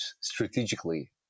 strategically